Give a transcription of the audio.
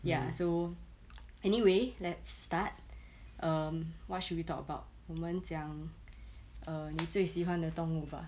ya so anyway let's start err what should we talk about 我们讲你最喜欢的动物吧